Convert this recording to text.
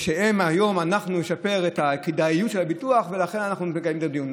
שהיום אנחנו נשפר את הכדאיות של הביטוח ולכן אנחנו מקיימים את הדיון.